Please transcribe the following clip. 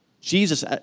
Jesus